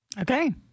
Okay